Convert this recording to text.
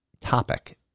topic